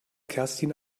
kerstin